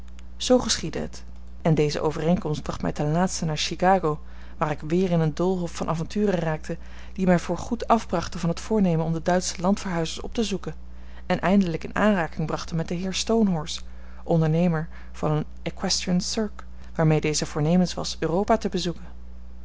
geschiedde het en deze overeenkomst bracht mij ten laatste naar chicago waar ik weer in een doolhof van avonturen raakte die mij voor goed afbrachten van het voornemen om de duitsche landverhuizers op te zoeken en eindelijk in aanraking brachten met den heer stonehorse ondernemer van een equestrian cirque waarmee deze voornemens was europa te bezoeken